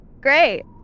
great